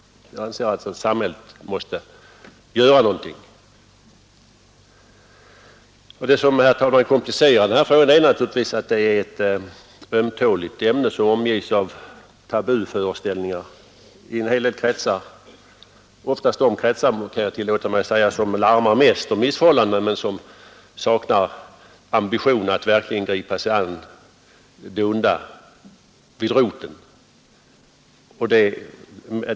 Jag anser alltså att samhället måste göra någonting. Det som, herr talman, komplicerar den här frågan är naturligtvis att den berör ett ömtåligt ämne, som omges av tabuföreställningar i en hel del kretsar, oftast de — det kan jag tillåta mig att säga — som larmar mest örhållandena men som saknar ambitioner att verkligen angripa det onda vid roten.